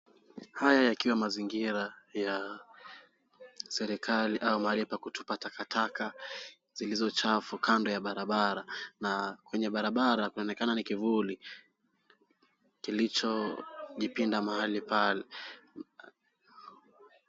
Haya yakiwa mazingira ya serikali au mahali pa kutupa takataka zilizo chafu kando ya barabara na kwenye barabara kunaoneka ni kivuli kilichojipinda mahali pale.